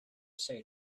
say